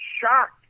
shocked